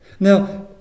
Now